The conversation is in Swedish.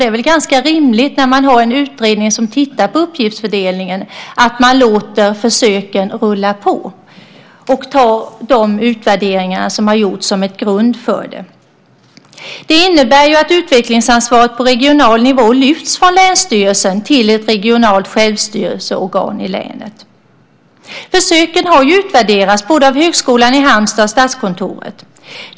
När man har en utredning som tittar på uppgiftsfördelningen är det väl ganska rimligt att man låter försöken rulla på och tar de utvärderingar som har gjorts som en grund för det. Det innebär att utvecklingsansvaret på regional nivå lyfts från länsstyrelsen till ett regionalt självstyrelseorgan i länet. Försöken har ju utvärderats både av Högskolan i Halmstad och av Statskontoret.